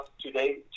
today